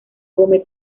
come